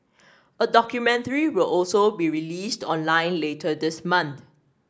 a documentary will also be released online later this month